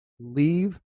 leave